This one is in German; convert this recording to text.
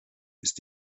ist